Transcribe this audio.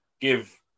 give